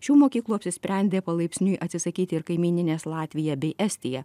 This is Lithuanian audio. šių mokyklų apsisprendė palaipsniui atsisakyti ir kaimyninės latvija bei estija